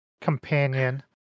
companion